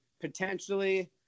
potentially